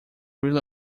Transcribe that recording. really